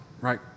right